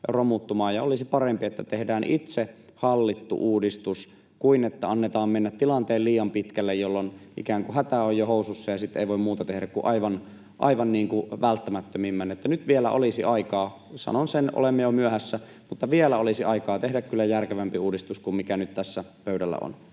Olisi parempi, että tehdään itse hallittu uudistus, kuin että annetaan mennä tilanteen liian pitkälle, jolloin ikään kuin hätä on jo housuissa, ja sitten ei voi muuta tehdä kuin aivan välttämättömimmän. Että nyt olisi vielä aikaa. Sanon sen, olemme jo myöhässä, mutta vielä olisi aikaa tehdä kyllä järkevämpi uudistus kuin mikä nyt tässä pöydällä on.